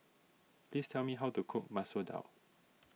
please tell me how to cook Masoor Dal